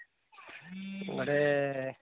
ଗୋଟେ